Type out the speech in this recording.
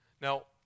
Now